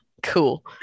Cool